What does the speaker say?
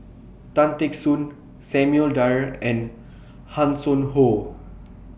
Tan Teck Soon Samuel Dyer and Hanson Ho